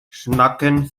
schnacken